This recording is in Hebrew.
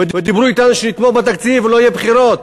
ודיברו אתנו שנתמוך בתקציב ולא יהיו בחירות.